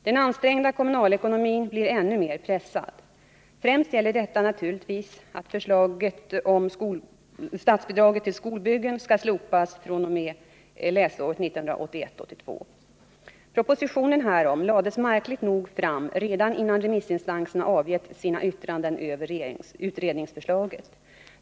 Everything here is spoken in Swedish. Den ansträngda kommunalekonomin blir ännu mer pressad. Främst gäller detta naturligtvis förslaget att statsbidraget till skolbyggen ska slopas från läsåret 1981/82. Propositionen härom lades märkligt nog fram redan innan remissinstanserna avgett sina yttranden över utredningsförslaget.